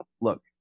Look